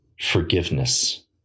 forgiveness